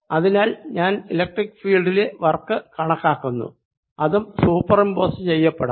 അതിനാൽ ഞാൻ ഇലക്ട്രിക്ക് ഫീൽഡിലെ വർക്ക് കണക്കാക്കുന്നു അതും സൂപർ ഇമ്പോസ് ചെയ്യപ്പെടാം